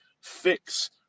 fix